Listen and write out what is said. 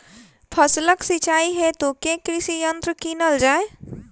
फसलक सिंचाई हेतु केँ कृषि यंत्र कीनल जाए?